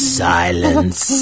silence